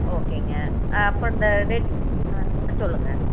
ஓகேங்க அப்போ இந்த ரெட் ஆ சொல்லுங்க